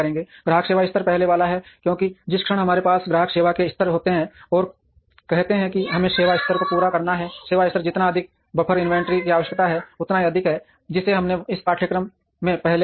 ग्राहक सेवा स्तर पहले वाला है क्योंकि जिस क्षण हमारे पास ग्राहक सेवा के स्तर होते हैं और कहते हैं कि हमें सेवा स्तर को पूरा करना है सेवा स्तर जितना अधिक बफर इन्वेंट्री की आवश्यकता है उतना ही अधिक है जिसे हमने इस पाठ्यक्रम में पहले देखा है